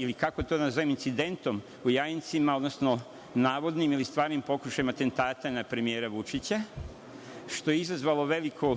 ili kako to da nazovem, incidentom u Jajincima, odnosno navodnim, ili stvarnim, pokušajem atentata na premijera Vučića, što je izazvalo veliku